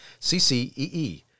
CCEE